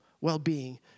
well-being